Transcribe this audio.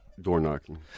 door-knocking